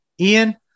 Ian